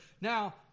Now